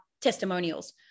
testimonials